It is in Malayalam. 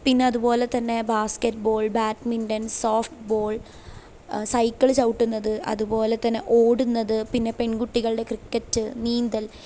പിന്നെ അതുപോലെ തന്നെ basketball badminton softball cycle ചവിട്ടുന്നത് അതുപോലെ തന്നെ ഓടുന്നത് പിന്നെ പെൺകുട്ടികളുടെ ക്രിക്കറ്റ് നീന്തൽ